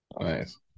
Nice